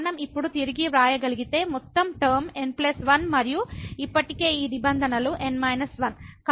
మనం ఇప్పుడు తిరిగి వ్రాయగలిగితే మొత్తం టర్మ n 1 మరియు ఇప్పటికే ఈ నిబంధనలు n 1 కావున n 1